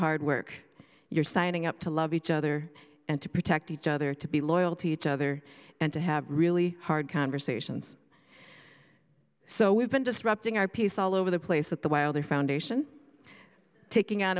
hard work you're signing up to love each other and to protect each other to be loyal to each other and to have really hard conversations so we've been disrupting our peace all over the place with the wilder foundation taking out